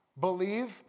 believe